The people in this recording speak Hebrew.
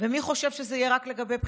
ומי חושב שזה יהיה רק לגבי בכירים?